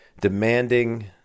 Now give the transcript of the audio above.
demanding